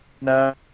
No